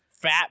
Fat